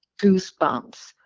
goosebumps